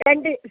രണ്ട്